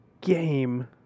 game